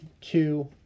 two